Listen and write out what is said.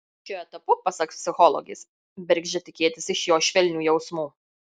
šiuo etapu pasak psichologės bergždžia tikėtis iš jo švelnių jausmų